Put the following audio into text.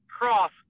Cross